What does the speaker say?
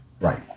Right